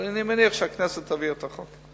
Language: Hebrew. אבל אני מניח שהכנסת תעביר את החוק.